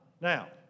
Now